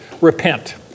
Repent